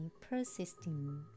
persisting